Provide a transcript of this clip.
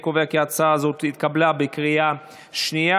אני קובע כי ההצעה התקבלה בקריאה שנייה.